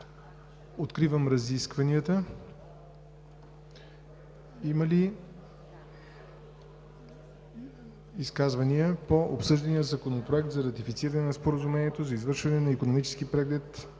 Откривам разискванията. Има ли изказвания по обсъждания Законопроект за ратифициране на Споразумението за извършване на Икономически преглед